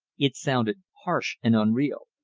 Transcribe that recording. it sounded harsh and unreal.